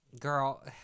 Girl